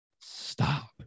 stop